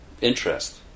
interest